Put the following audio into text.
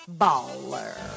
Baller